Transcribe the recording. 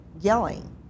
yelling